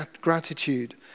gratitude